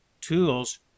tools